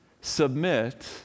submit